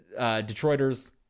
Detroiters